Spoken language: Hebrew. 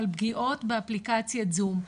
על פגיעות באפליקציית זום,